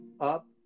up